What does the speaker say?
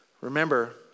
Remember